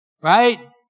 right